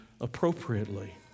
appropriately